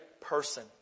person